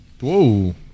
Whoa